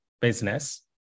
business